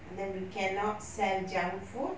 and then we cannot sell junk food